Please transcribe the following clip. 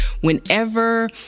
Whenever